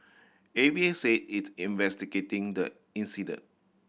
A V A said it's investigating the incident